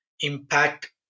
impact